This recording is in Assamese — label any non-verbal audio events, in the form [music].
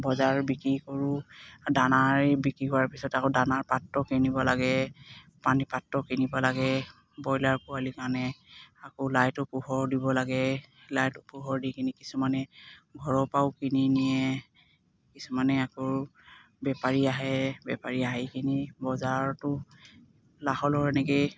বজাৰত বিক্ৰী কৰোঁ দানাৰ বিক্ৰী কৰাৰ পিছত আকৌ দানাৰ পাত্ৰ কিনিব লাগে পানী পাত্ৰ কিনিব লাগে ব্ৰইলাৰ পোৱালি কাৰণে আকৌ লাইটৰ পোহৰ দিব লাগে লাইটৰ পোহৰ দি কিনি কিছুমানে ঘৰৰ পৰাও কিনি নিয়ে কিছুমানে আকৌ বেপাৰী আহে বেপাৰী আহি কিনি বজাৰতো [unintelligible] এনেকেই